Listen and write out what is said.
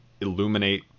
illuminate